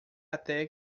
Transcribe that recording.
até